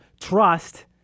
trust